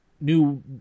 new